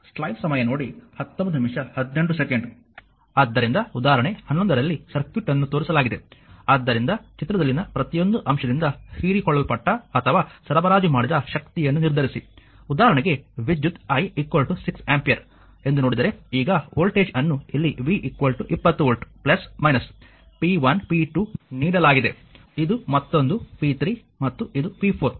ಆದ್ದರಿಂದ ಉದಾಹರಣೆ 11 ರಲ್ಲಿ ಸರ್ಕ್ಯೂಟ್ ಅನ್ನು ತೋರಿಸಲಾಗಿದೆ ಆದ್ದರಿಂದ ಚಿತ್ರದಲ್ಲಿನ ಪ್ರತಿಯೊಂದು ಅಂಶದಿಂದ ಹೀರಿಕೊಳ್ಳಲ್ಪಟ್ಟ ಅಥವಾ ಸರಬರಾಜು ಮಾಡಲಾದ ಶಕ್ತಿಯನ್ನು ನಿರ್ಧರಿಸಿ ಉದಾಹರಣೆಗೆ ವಿದ್ಯುತ್ I 6 ಆಂಪಿಯರ್ ಎಂದು ನೋಡಿದರೆ ಈಗ ವೋಲ್ಟೇಜ್ ಅನ್ನು ಇಲ್ಲಿ v 20 ವೋಲ್ಟ್ p1 p2 ನೀಡಲಾಗಿದೆ ಇದು ಮತ್ತೊಂದು p3 ಮತ್ತು ಇದು p4 ಇದು ಮತ್ತೊಂದು ಅವಲಂಬಿತ ವಿದ್ಯುತ್ ಮೂಲವಾಗಿದೆ